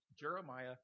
Jeremiah